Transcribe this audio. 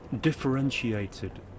differentiated